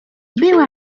była